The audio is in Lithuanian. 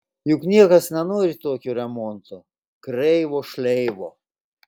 juk niekas nenori tokio remonto kreivo šleivo